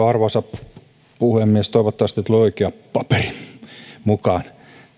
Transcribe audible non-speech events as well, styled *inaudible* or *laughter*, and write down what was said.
*unintelligible* arvoisa puhemies toivottavasti tuli oikea paperi mukaan